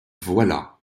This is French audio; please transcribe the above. voilà